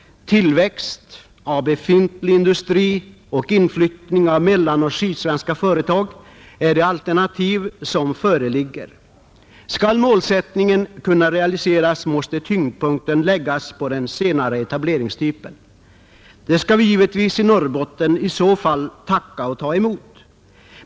Tillväxt av befintlig industri och inflyttning av mellanoch sydsvenska företag är det alternativ som finns, Om målsättningen skall kunna realiseras, måste tyngdpunkten läggas på den senare etableringstypen. Det skall vi givetvis då i Norrbotten tacka och ta emot.